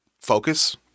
focus